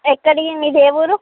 ఎక్కడ మీది ఏ ఊరు